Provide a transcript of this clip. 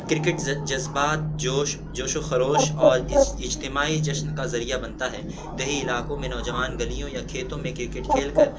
cricket جذبات جوش جوش و خروش اور اجتماعی جشن کا ذریعہ بنتا ہے دیہی علاقوں میں نوجوان گلیوں یا کھیتوں میں کرکٹ کھیل کر